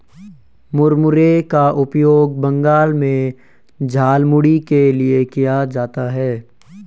मुरमुरे का उपयोग बंगाल में झालमुड़ी के लिए किया जाता है